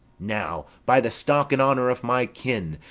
now, by the stock and honour of my kin,